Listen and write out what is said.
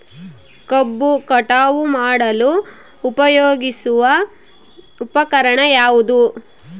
ಕಬ್ಬು ಕಟಾವು ಮಾಡಲು ಉಪಯೋಗಿಸುವ ಉಪಕರಣ ಯಾವುದು?